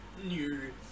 new